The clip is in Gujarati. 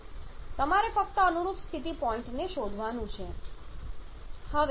તમારે ફક્ત અનુરૂપ સ્થિતિ પોઇન્ટને શોધવાનું રહેશે